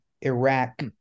Iraq